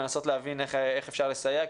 לנסות להבין איך אפשר לסייע,